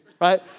right